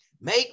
Make